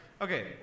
Okay